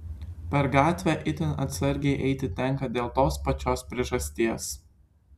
per gatvę itin atsargiai eiti tenka dėl tos pačios priežasties